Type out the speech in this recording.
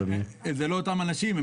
זה לא אותם אנשים.